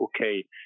okay